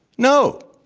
no.